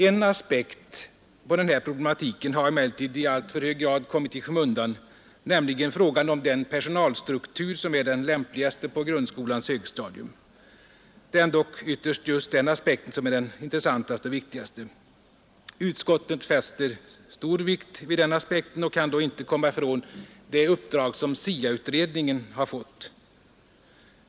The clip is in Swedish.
En aspekt på den här problematiken har emellertid i alltför hög grad kommit i skymundan, nämligen frågan om den personalstruktur som är den lämpligaste på grundskolans högstadium. Det är ändock ytterst just den aspekten som är den intressantaste och viktigaste. Utskottet fäster stor vikt vid den saken, och kan då inte komma ifrån det uppdrag som SIA-utredningen fått.